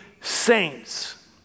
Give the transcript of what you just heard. saints